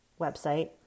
website